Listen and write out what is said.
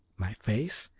my face?